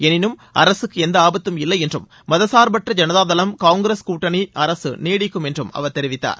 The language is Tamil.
எனினும் அரசுக்கு எந்த ஆபத்தும் இல்லை என்றும் மதசா்பற்ற ஜனதாதளம் காங்கிரஸ் கூட்டணி அரசு நீடிக்கும் என்றும் அவர் தெரிவித்தார்